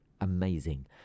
amazing